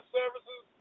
services